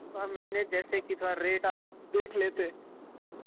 تھوڑا مینیج جیسے کہ تھوڑا ریٹ آپ دیکھ لیتے